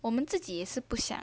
我们自己也是不想